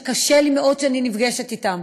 שקשה לי מאוד כשאני נפגשת אתם.